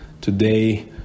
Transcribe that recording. today